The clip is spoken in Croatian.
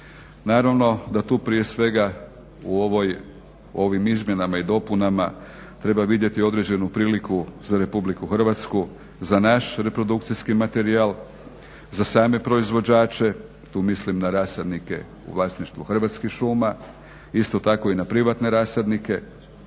Naravno da tu prije svega u ovim izmjenama i dopunama treba vidjeti određenu priliku za Republiku Hrvatsku, za naš reprodukcijski materijal, za same proizvođače, tu mislim na rasadnike u vlasništvu Hrvatskih šuma, isto tako i na privatne rasadnike.